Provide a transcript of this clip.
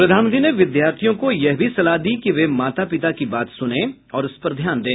प्रधानमंत्री ने विद्यार्थियों को यह भी सलाह दी कि वे माता पिता की बात सुने और उस पर ध्यान दें